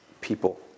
people